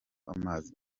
amazi